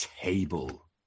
table